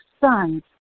sons